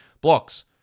blocks